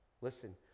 Listen